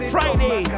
Friday